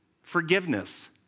forgiveness